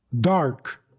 dark